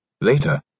later